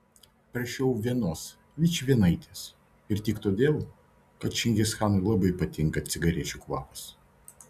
prašiau vienos vičvienaitės ir tik todėl kad čingischanui labai patinka cigarečių kvapas